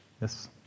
yes